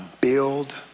build